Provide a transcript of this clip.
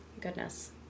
goodness